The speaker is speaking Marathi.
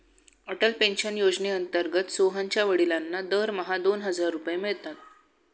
अटल पेन्शन योजनेअंतर्गत सोहनच्या वडिलांना दरमहा दोन हजार रुपये मिळतात